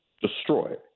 Destroyed